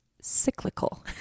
cyclical